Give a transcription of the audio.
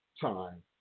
time